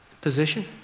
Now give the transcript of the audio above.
position